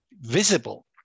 visible